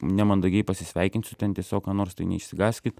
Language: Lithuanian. nemandagiai pasisveikinsiu ten tiesiog ką nors tai neišsigąskit